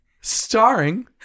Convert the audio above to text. Starring